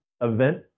event